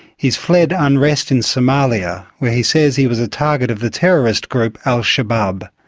he has fled unrest in somalia, where he says he was a target of the terrorist group al shabab.